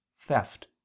theft